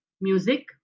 music